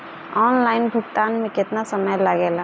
Online भुगतान में केतना समय लागेला?